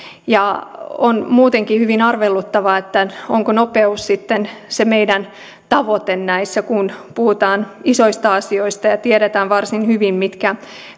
on muutenkin hyvin arveluttavaa onko nopeus sitten se meidän tavoitteemme näissä kun puhutaan isoista asioista ja tiedetään varsin hyvin mitkä